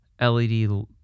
LED